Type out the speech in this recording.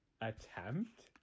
attempt